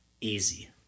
easy